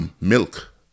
milk